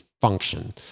function